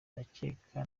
ndakeka